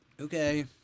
Okay